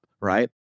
right